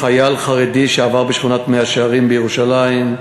חייל חרדי שעבר בשכונת מאה-שערים בירושלים,